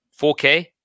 4K